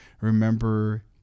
remember